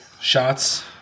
shots